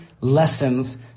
lessons